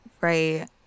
Right